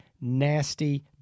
nasty